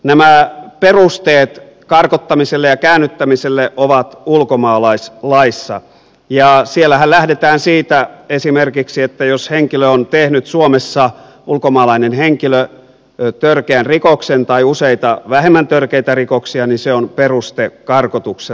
nämä perusteet karkottamiselle ja käännyttämiselle ovat ulkomaalaislaissa ja siellähän lähdetään esimerkiksi siitä että jos ulkomaalainen henkilö on tehnyt suomessa törkeän rikoksen tai useita vähemmän törkeitä rikoksia niin se on peruste karkotukselle